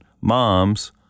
moms –